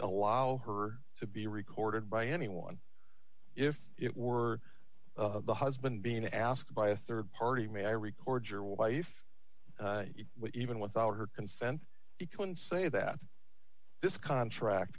allow her to be recorded by anyone if it were the husband being asked by a rd party may i record your wife even without her consent he can say that this contract